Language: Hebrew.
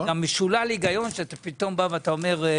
זה גם משולל היגיון שאתה פתאום בא ואומר,